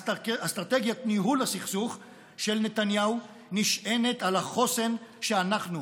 אסטרטגיית ניהול הסכסוך של נתניהו נשענת על החוסן שאנחנו,